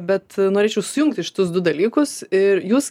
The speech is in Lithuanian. bet norėčiau sujungti šituos du dalykus ir jūs